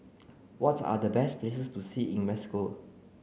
what are the best places to see in Mexico